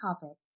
topic